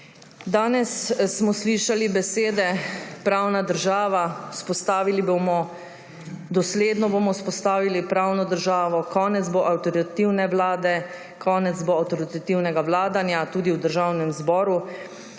Danes smo slišali besede: pravna država, dosledno bomo vzpostavili pravno državo, konec bo avtoritativne vlade, konec bo avtoritativnega vladanja, tudi v Državnem zboru.